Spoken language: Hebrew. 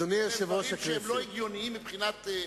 הדיון הראשון עוסק בשינוי שיטת הממשל.